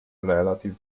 relative